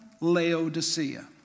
Laodicea